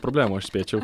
problemų aš spėčiau